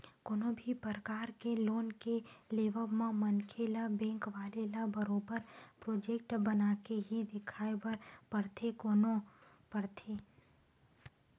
कोनो भी परकार के लोन के लेवब म मनखे ल बेंक वाले ल बरोबर प्रोजक्ट बनाके ही देखाये बर परथे कोनो